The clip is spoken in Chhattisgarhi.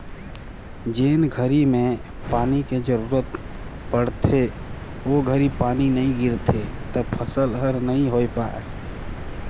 जेन घरी में पानी के जरूरत पड़थे ओ घरी पानी नई गिरथे त फसल हर नई होय पाए